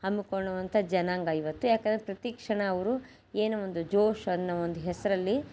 ಹಮ್ಮಿಕೊಳ್ಳುವಂಥ ಜನಾಂಗ ಇವತ್ತು ಯಾಕಂದ್ರೆ ಪ್ರತಿಕ್ಷಣ ಅವರು ಏನು ಒಂದು ಜೋಶ್ ಅನ್ನೋ ಒಂದು ಹೆಸರಲ್ಲಿ